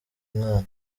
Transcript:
umwana